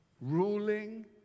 ruling